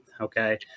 okay